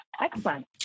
Excellent